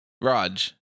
Raj